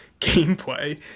gameplay